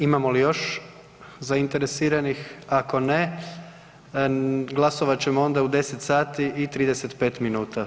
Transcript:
Imamo li još zainteresiranih, ako ne glasovat ćemo onda u 10 sati i 35 minuta.